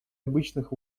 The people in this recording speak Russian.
обычных